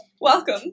welcome